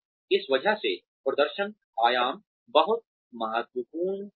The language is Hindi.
इस वजह से प्रदर्शन आयाम बहुत महत्वपूर्ण हैं